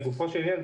לגופו של עניין,